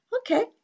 Okay